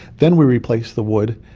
then we replace the wood,